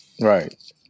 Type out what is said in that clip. right